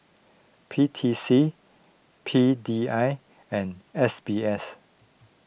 P T C P D I and S B S